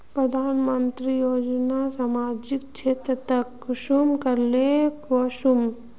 प्रधानमंत्री योजना सामाजिक क्षेत्र तक कुंसम करे ले वसुम?